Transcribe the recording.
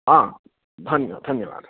आ धन्य धन्यवादाः